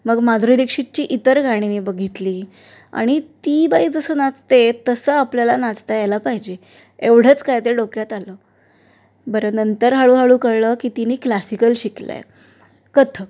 मग माधुरी दीक्षितची इतर गाणी मी बघितली आणि ती बाई जसं नाचते तसं आपल्याला नाचता यायला पाहिजे एवढंच काय ते डोक्यात आलं बरं नंतर हळू हळू कळलं की तिने क्लासिकल शिकलं आहे कथ्थक